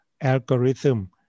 algorithm